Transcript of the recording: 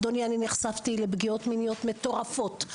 אדוני אני נחשפתי לפגיעות מיניות מטורפות,